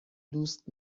دوست